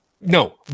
no